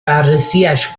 بررسیش